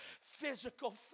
physical